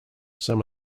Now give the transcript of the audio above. some